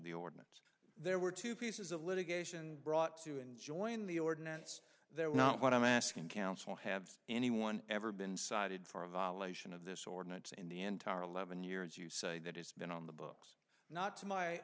the ordinance there were two pieces of litigation brought to enjoin the ordinance there were not what i'm asking counsel have anyone ever been cited for a violation of this ordinance in the entire eleven years you say that it's been on the books not to my